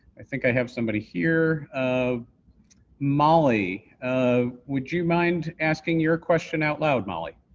i think i have somebody here. um molly, ah would you mind asking your question out loud molly?